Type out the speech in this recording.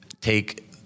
take